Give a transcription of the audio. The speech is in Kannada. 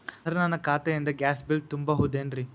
ಸರ್ ನನ್ನ ಖಾತೆಯಿಂದ ಗ್ಯಾಸ್ ಬಿಲ್ ತುಂಬಹುದೇನ್ರಿ?